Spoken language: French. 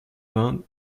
vingts